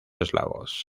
eslavos